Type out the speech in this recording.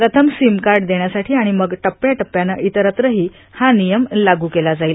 प्रथम SIM card देण्यासाठी आणि मग टप्प्याटप्प्यानं इतरत्रही हा नियम लागू केला जाईल